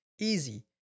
Easy